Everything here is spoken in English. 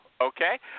okay